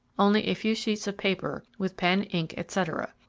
only a few sheets of paper, with pen, ink, etc.